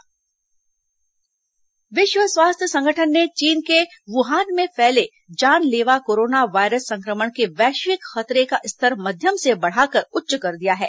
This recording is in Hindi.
कोरोना वायरस विश्व स्वास्थ्य संगठन ने चीन के वुहान में फैले जानलेवा कोरोना वायरस संक्रमण के वैश्विक खतरे का स्तर मध्यम से बढ़ाकर उच्च कर दिया है